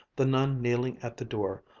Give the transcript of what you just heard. the nun kneeling at the door,